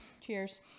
Cheers